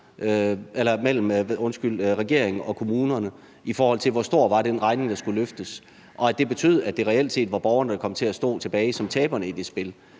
mellem regeringen og kommunerne, i forhold til hvor stor den regning, der skulle løftes, var, og det betød, at det reelt set var borgerne, der kom til at stå tilbage som taberne i det spil.